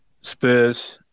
Spurs